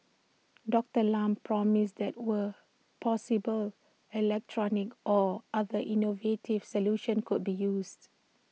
Doctor Lam promised that where possible electronic or other innovative solutions could be used